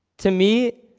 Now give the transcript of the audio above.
to me,